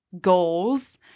goals